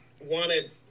wanted